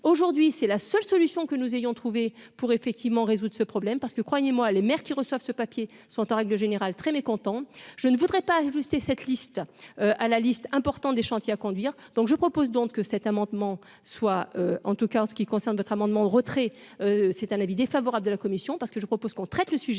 aujourd'hui, c'est la seule solution que nous ayons trouvé. Pour effectivement résoudre ce problème, parce que croyez-moi les maires qui reçoivent ce papiers sont en règle général très mécontents, je ne voudrais pas ajuster cette liste à la liste important des chantiers à conduire, donc je propose donc que cet amendement soit en tout cas en ce qui concerne notamment amendement de retrait, c'est un avis défavorable de la commission parce que je propose qu'on traite le sujet